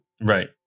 Right